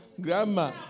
Grandma